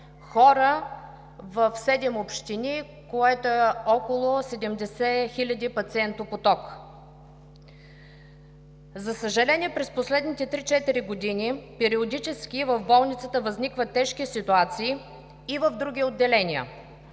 хора в седем общини, което е около 70 хиляди пациентопоток. За съжаление, през последните три-четири години периодически в болницата възникват тежки ситуации и в други отделения,